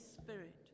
Spirit